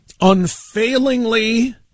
unfailingly